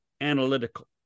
analytical